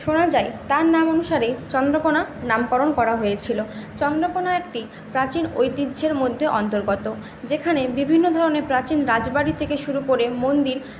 শোনা যায় তার নাম অনুসারেই চন্দ্রকোনা নামকরণ করা হয়েছিল চন্দ্রকোনা একটি প্রাচীন ঐতিহ্যের মধ্যে অন্তর্গত যেখানে বিভিন্ন ধরনের প্রাচীন রাজবাড়ী থেকে শুরু করে মন্দির